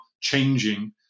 changing